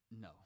No